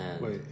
Wait